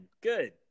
Good